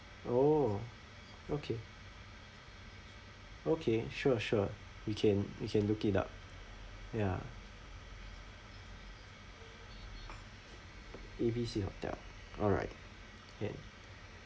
oh okay okay sure sure we can we can look it up ya A_B_C hotel alright can